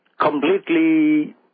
completely